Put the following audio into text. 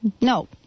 No